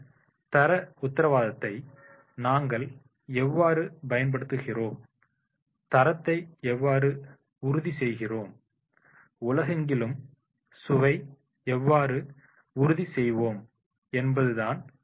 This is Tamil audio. இந்த தர உத்தரவாதத்தை நாங்கள் எவ்வாறு பயன்படுத்துகிறோம் தரத்தை எவ்வாறு உறுதி செய்கிறோம் உலகெங்கிலும் சுவை எவ்வாறு உறுதி செய்வோம் என்பதுதான்